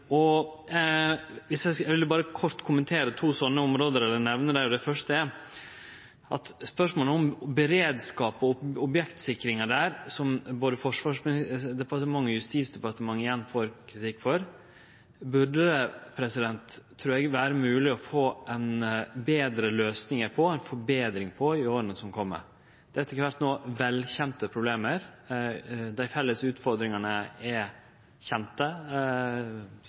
Eg vil berre kort nemne to slike område. Det første er at i spørsmålet om beredskap og objektsikring, som både Forsvarsdepartementet og Justis- og beredskapsdepartementet igjen får kritikk for, burde det vere mogleg å få ei betre løysing på eller ei forbetring av i åra som kjem. Dette er etter kvart velkjende problem. Dei felles utfordringane er